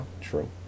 true